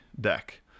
deck